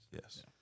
Yes